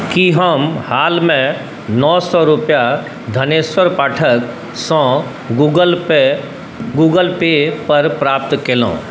की हम हालमे नओ सए रुपआ धनेश्वर पाठकसँ गूगल पे पर प्राप्त केलहुॅं